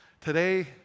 Today